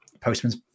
Postman's